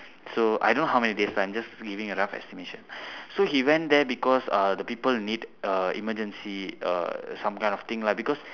so I don't know how many days lah I'm just giving a rough estimation so he went there because uh the people need uh emergency uh some kind of thing lah because